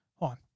on